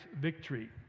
victory